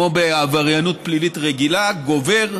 כמו בעבריינות פלילית רגילה, גובר.